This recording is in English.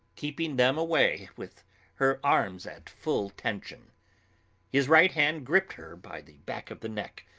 keeping them away with her arms at full tension his right hand gripped her by the back of the neck,